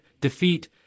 defeat